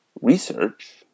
research